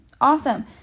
awesome